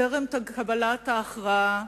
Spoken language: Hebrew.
טרם קבלת ההכרעה,